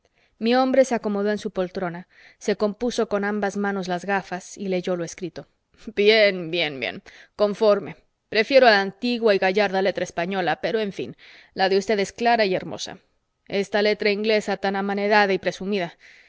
mi hombre se acomodó en su poltrona se compuso con ambas manos las gafas y leyó lo escrito bien bien bien conforme prefiero la antigua y gallarda letra española pero en fin la de usted es clara y hermosa esta letra inglesa tan amanerada y presumida